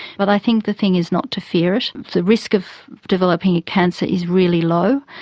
but i think the thing is not to fear it. the risk of developing a cancer is really low.